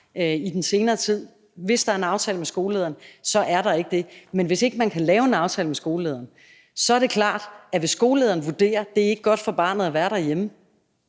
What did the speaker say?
i den senere tid. Hvis der er en aftale med skolelederen, er der det ikke, men hvis man ikke kan lave en aftale med skolelederen, fordi skolelederen vurderer, at det ikke er godt for barnet at være derhjemme